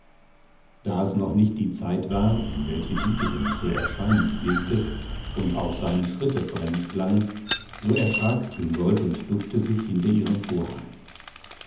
da es noch nicht die zeit war um welche dietegen zu erscheinen pflegte und auch seine schritte fremd klangen so erschrak küngolt und duckte sich hinter ihren vorhang